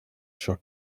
short